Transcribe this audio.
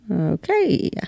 Okay